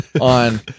on